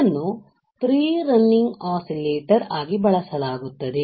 ಅದನ್ನು free running oscillator ಆಗಿ ಬಳಸಲಾಗುತ್ತದೆ